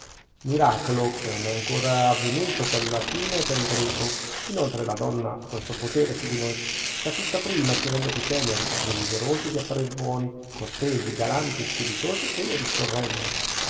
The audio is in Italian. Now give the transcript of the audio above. miracolo che non è ancora avvenuto pel latino e pel greco inoltre la donna ha questo potere su noi che a tutta prima ci rende più teneri desiderosi di apparir buoni cortesi galanti spiritosi e via discorrendo